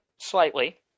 slightly